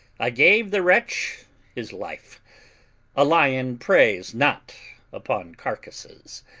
i gave the wretch his life a lion preys not upon carcases.